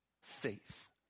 faith